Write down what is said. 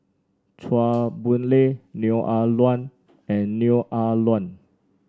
Chua Boon Lay Neo Ah Luan and Neo Ah Luan